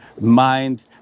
mind